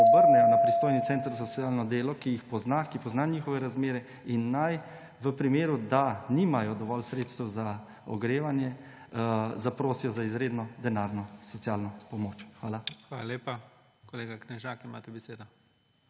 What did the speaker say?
obrnejo na pristojni center za socialno delo, ki jih pozna, ki pozna njihove razmere, in naj v primeru, da nimajo dovolj sredstev za ogrevanje, zaprosijo za izredno denarno socialno pomoč. Hvala. PREDSEDNIK IGOR ZORČIČ: Hvala lepa. Kolega Knežak, imate besedo.